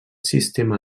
sistema